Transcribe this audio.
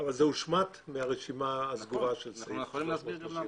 זה הושמט מהרשימה הסגורה של הסעיף.